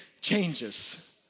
changes